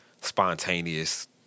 spontaneous